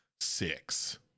six